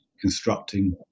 constructing